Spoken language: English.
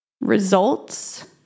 results